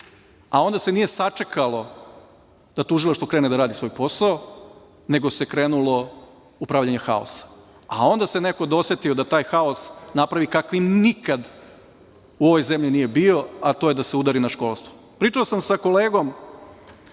Onda se nije sačekalo da tužilaštvo krene da radi svoj posao, nego se krenulo u pravljenje haosa, a onda se neko dosetio da taj haos napravi kakav nikada u ovoj zemlji nije bio, a to je da se udari na školstvo. Pričao sam sa kolegom,